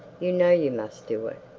you know you must do it.